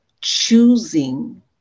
choosing